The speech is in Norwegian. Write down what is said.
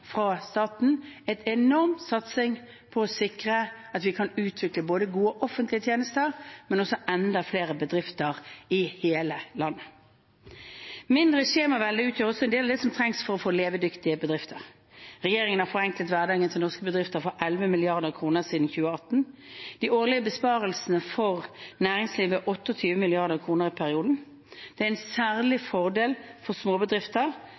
fra staten, en enorm satsing for å sikre at vi kan utvikle gode offentlige tjenester, men også enda flere bedrifter i hele landet. Mindre skjemavelde utgjør også en del av det som trengs for å få levedyktige bedrifter. Regjeringen har forenklet hverdagen til norske bedrifter for 11 mrd. kr siden 2018. De årlige besparelsene for næringslivet er 28 mrd. kr i perioden. Det er særlig en fordel for små bedrifter,